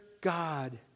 God